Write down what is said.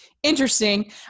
Interesting